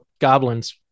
goblins